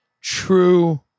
true